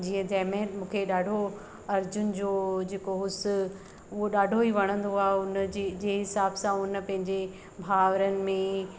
जीअं जंहिंमें मूंखे ॾाढो अर्जुन जो जेको हुयसि हूअ ॾाढो ई वणंदो आहे उनजी जंहिं हिसाब सां उन पंहिंजे भाउरनि में